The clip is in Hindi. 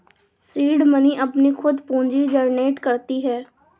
सीड मनी अपनी खुद पूंजी जनरेट करती है